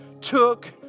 took